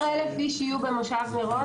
16,000 איש יהיו במושב מירון?